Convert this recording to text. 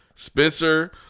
Spencer